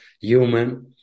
human